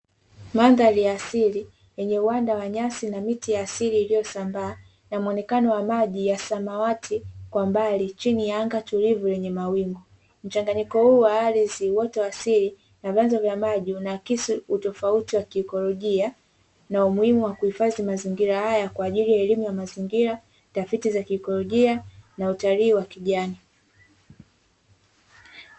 Mandhari ya asili yenye uwanda wa nyasi na miti ya asili iliyo sambaa na muonekano wa maji ya samawati kwa mbali, chini ya anga tulivu lenye mawingu. Mchanganyiko huu wa ardhi, uoto wa asili na vyanzo vya maji unaakisi utofauti wa kiikolojia na umuhimu wa kuhifadhi mazingira haya kwaajili elimu ya mazingira, tafiti za kiikolojia na utalii wa kijani.